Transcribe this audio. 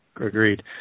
agreed